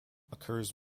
occurs